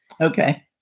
Okay